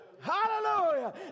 Hallelujah